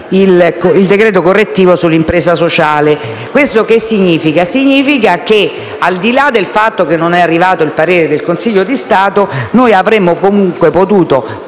il decreto correttivo sull'impresa sociale. Ciò significa che, al di là del fatto che non è arrivato il parere del Consiglio di Stato, avremmo comunque potuto esprimere